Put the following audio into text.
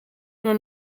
nur